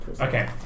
Okay